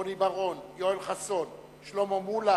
רוני בר-און, יואל חסון, שלמה מולה,